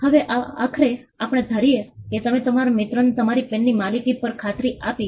હવે આખરે આપણે ધારીએ કે તમે તમારા મિત્રને તમારી પેનની માલિકી પર ખાતરી આપી